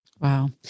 Wow